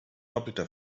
doppelter